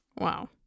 Wow